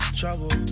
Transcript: trouble